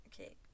okay